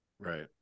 Right